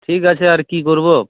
ঠিক আছে আর কি করবো